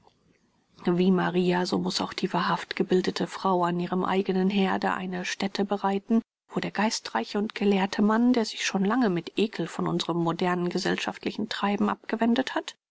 wie maria so muß auch die wahrhaft gebildete frau an ihrem eigenen herde eine stätte bereiten wo der geistreiche und gelehrte mann der sich schon lange mit eckel von unserem modernen gesellschaftlichen treiben abgewendet hat